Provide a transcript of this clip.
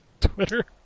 Twitter